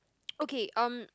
okay um